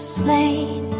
slain